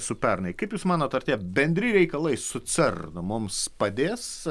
su pernai kaip jūs manot ar tie bendri reikalai su cernu mums padės